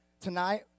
Tonight